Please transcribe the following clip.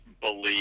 believe